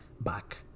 back